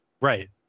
Right